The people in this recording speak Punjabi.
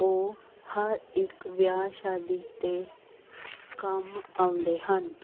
ਉਹ ਹਰ ਇੱਕ ਵਿਆਹ ਸ਼ਾਦੀ 'ਤੇ ਕੰਮ ਆਉਂਦੇ ਹਨ